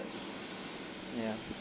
ya